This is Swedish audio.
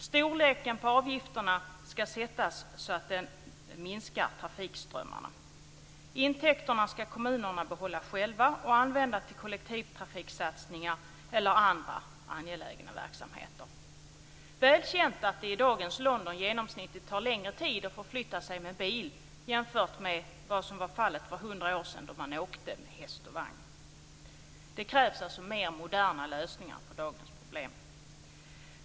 Storleken på avgifterna skall sättas så att de minskar trafikströmmarna. Intäkterna skall kommunerna behålla själva och använda till kollektivtrafiksatsningar eller andra angelägna verksamheter. Det är väl känt att det i dagens London genomsnittligt tar längre tid att förflytta sig med bil än vad som var fallet för 100 år sedan då man åkte med häst och vagn. Det krävs alltså mer moderna lösningar på dagens problem.